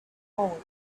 heart